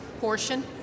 portion